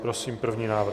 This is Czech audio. Prosím první návrh.